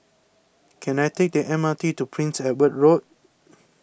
can I take the M R T to Prince Edward Road